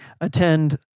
attend